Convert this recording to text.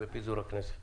בפיזור הכנסת.